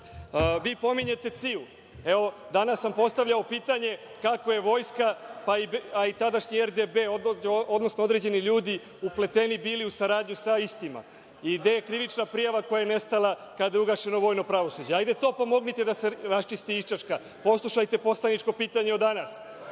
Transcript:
Vi pominjete CIA. Evo, danas sam postavljao pitanje – kako je Vojska i tadašnji RDB, odnosno određeni ljudi upleteni bili u saradnju sa istima i gde je krivična prijava koja je nestala kada je ugašeno vojno pravosuđe? Hajde to pomognite da se raščisti i iščačka. Poslušajte poslaničko pitanje od